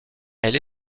elle